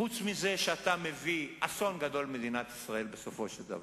חוץ מזה שאתה מביא אסון גדול למדינת ישראל בסופו של דבר,